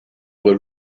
were